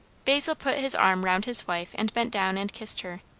basil put his arm round his wife and bent down and kissed her.